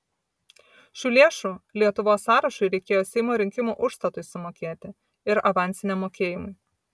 šių lėšų lietuvos sąrašui reikėjo seimo rinkimų užstatui sumokėti ir avansiniam mokėjimui